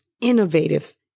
innovative